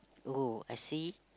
oh I see